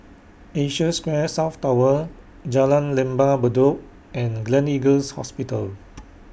Asia Square South Tower Jalan Lembah Bedok and Gleneagles Hospital